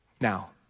Now